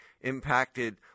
impacted